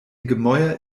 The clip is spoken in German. gemäuer